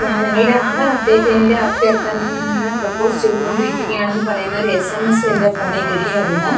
ഞങ്ങളുടെ ആധാർ അപ്ഡേറ്റിന്റെ അഭ്യർത്ഥന പ്രപ്പോസ് ചെയ്തുകൊണ്ടിരിക്കുകയാണ് എന്ന് പറയുന്നൊരു എസ് എം എസ് എന്റെ ഫോണിൽ കിട്ടിയായിരുന്നു